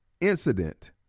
incident